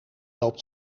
loopt